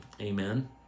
Amen